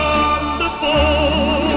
Wonderful